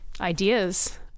ideas